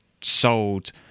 sold